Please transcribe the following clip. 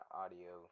audio